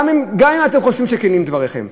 גם אם אתם חושבים שכנים דבריכם,